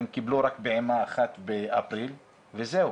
הם קיבלו רק פעימה אחת באפריל, וזהו.